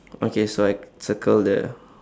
okay so I circle the